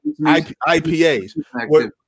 IPAs